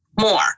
more